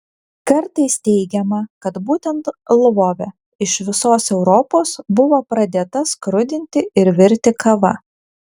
kartais teigiama kad būtent lvove iš visos europos buvo pradėta skrudinti ir virti kava